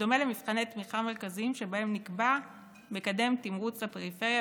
בדומה למבחני תמיכה מרכזיים שבהם נקבע מקדם תמרוץ לפריפריה,